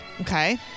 Okay